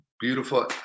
beautiful